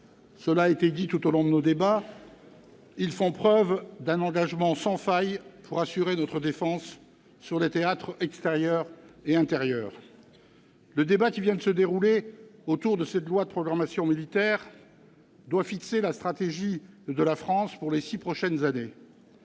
Cela a été dit tout au long de nos discussions, ils font preuve d'un engagement sans faille pour assurer notre défense sur les théâtres extérieur et intérieur. Le débat qui vient de se dérouler autour de ce projet de loi de programmation militaire doit fixer la stratégie de la France pour les six prochaines années.